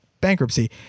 bankruptcy